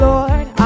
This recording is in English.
Lord